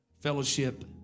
fellowship